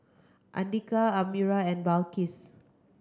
Andika Amirah and Balqis